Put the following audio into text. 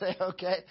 okay